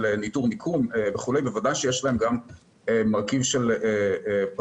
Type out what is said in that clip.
ניטור מיקום וכו' בוודאי שיש בזה גם מרכיב של פרטיות